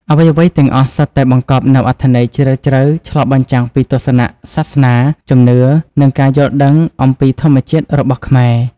អ្វីៗទាំងអស់សុទ្ធតែបង្កប់នូវអត្ថន័យជ្រាលជ្រៅ ឆ្លុះបញ្ចាំងពីទស្សនៈសាសនា ជំនឿ និងការយល់ដឹងអំពីធម្មជាតិរបស់ខ្មែរ។